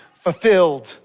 Fulfilled